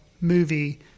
movie